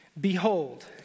Behold